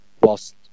whilst